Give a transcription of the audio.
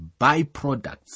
byproducts